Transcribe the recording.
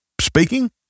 speaking